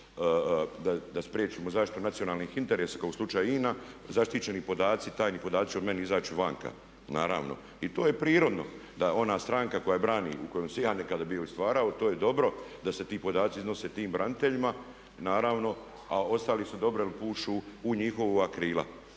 da spriječimo zaštitu nacionalnih interesa kao u slučaju INA zaštićeni podaci, tajni podaci će o meni izaći vanka. Naravno i to je prirodno da ona stranka koja brani koju sam i ja nekada bio i stvarao, to je dobro da se ti podaci iznose tim braniteljima, naravno. A ostali su dobro je pušu u njihova krila.